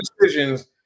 decisions